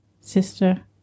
sister